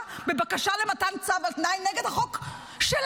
בבקשה למתן צו על תנאי נגד החוק שלנו.